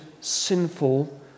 sinful